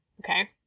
okay